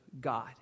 God